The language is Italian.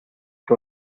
che